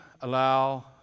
allow